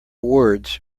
words